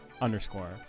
underscore